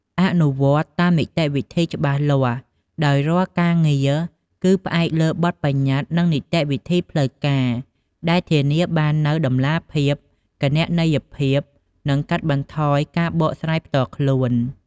អនុវត្តច្បាប់តាមនីតិវិធីច្បាស់លាស់ ដោយរាល់ការងារគឺផ្អែកលើ បទប្បញ្ញត្តិ និងនីតិវិធីផ្លូវការ ដែលធានាបាននូវតម្លាភាព គណនេយ្យភាព និងកាត់បន្ថយការបកស្រាយផ្ទាល់ខ្លួន។